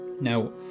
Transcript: Now